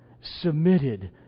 submitted